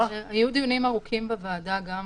היו דיונים ארוכים בוועדה גם